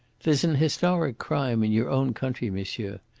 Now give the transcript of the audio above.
there's an historic crime in your own country, monsieur.